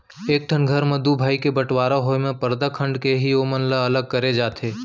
एक ठन घर म दू भाई के बँटवारा होय म परदा खंड़ के ही ओमन ल अलग करे जाथे